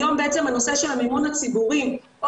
היום בעצם הנושא של המימון הציבורי או